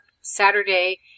Saturday